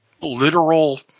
literal